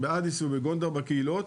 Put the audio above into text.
באדיס ובגונדר בקהילות.